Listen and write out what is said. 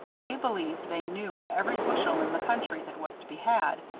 they believed they knew of every bushel in the country that was to be had,